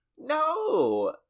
No